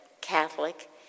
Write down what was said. Catholic